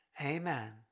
Amen